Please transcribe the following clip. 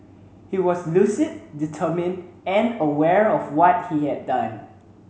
he was lucid determined and aware of what he had done